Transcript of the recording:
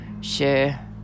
share